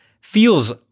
feels